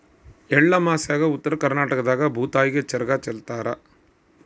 ಎಳ್ಳಮಾಸ್ಯಾಗ ಉತ್ತರ ಕರ್ನಾಟಕದಾಗ ಭೂತಾಯಿಗೆ ಚರಗ ಚೆಲ್ಲುತಾರ